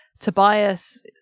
Tobias